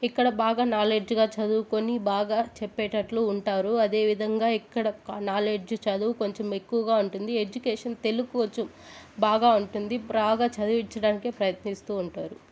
ఇక్కడ బాగా నాలెడ్జ్గా చదువుకొని బాగా చెప్పేటట్లు ఉంటారు అదే విధంగా ఇక్కడ నాలెడ్జ్ చదువు కొంచెం ఎక్కువగా ఉంటుంది ఎడ్యుకేషన్ తెలుగు కొంచం బాగా ఉంటుంది బాగా చదివించడానికే ప్రయత్నిస్తూ ఉంటారు